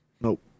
Nope